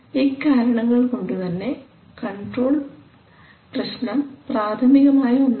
ഇക്കാരണങ്ങൾ കൊണ്ടുതന്നെ കൺട്രോൾ പ്രശ്നം പ്രാഥമികമായ ഒന്നല്ല